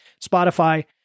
Spotify